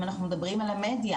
אם אנחנו מדברים על המדיה,